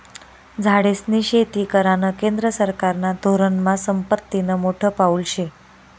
झाडेस्नी शेती करानं केंद्र सरकारना धोरनमा संपत्तीनं मोठं पाऊल शे